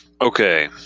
Okay